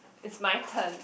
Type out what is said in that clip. is my turn